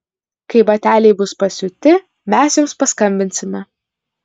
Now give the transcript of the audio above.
kai bateliai bus pasiūti mes jums paskambinsime